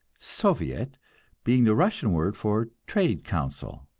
soviet being the russian word for trade council.